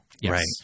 Yes